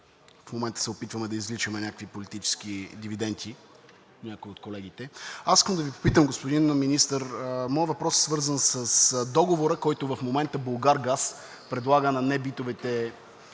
в момента се опитваме да извличаме някакви политически дивиденти – някои от колегите. Господин Министър, моят въпрос е свързан с договора, който в момента „Булгаргаз“ предлага на небитовите